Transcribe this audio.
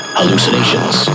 hallucinations